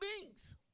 beings